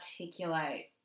articulate